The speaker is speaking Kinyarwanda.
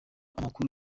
amakuru